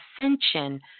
ascension